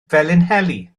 felinheli